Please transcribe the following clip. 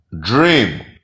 dream